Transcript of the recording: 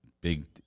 Big